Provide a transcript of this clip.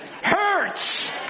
Hurts